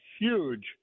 huge